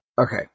Okay